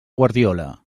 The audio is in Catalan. guardiola